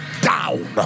down